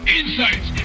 insights